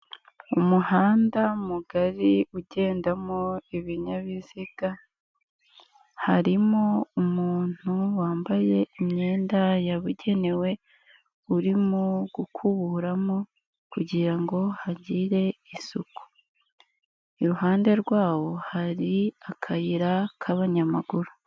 Umuhanda mugari ugendamo ibinyabiziga, harimo umuntu wambaye imyenda yabugenewe urimo gukuburamo kugira ngo hagire isuku, iruhande rwawo hari akayira k'abanyamaguru.